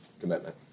commitment